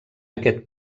aquest